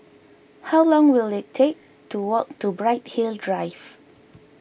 how long will it take to walk to Bright Hill Drive